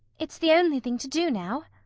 it's the only thing to do now.